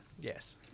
yes